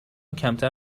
کمتر